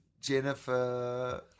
Jennifer